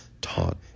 taught